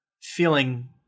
feeling